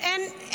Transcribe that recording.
אין,